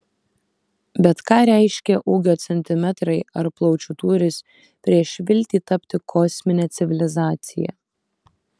bet ką reiškia ūgio centimetrai ar plaučių tūris prieš viltį tapti kosmine civilizacija